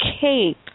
cape